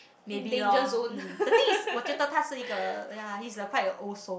maybe lor mm the thing is 我觉得他是一个 yeah he is quite a old soul